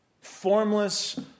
formless